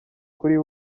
kuri